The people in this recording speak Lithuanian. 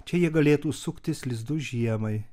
čia jie galėtų suktis lizdus žiemai